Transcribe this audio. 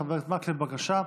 חבר הכנסת מקלב, בבקשה.